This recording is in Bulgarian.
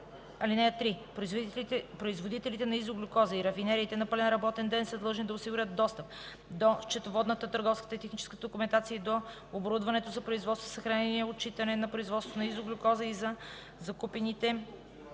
ал. 1. (3) Производителите на изоглюкоза и рафинериите на пълен работен ден са длъжни да осигурят достъп до счетоводната, търговската и техническата документация и до оборудването за производство, съхранение и отчитане на производството на изоглюкоза, и за закупените,